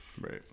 Right